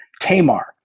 Tamar